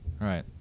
right